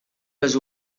les